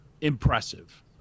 impressive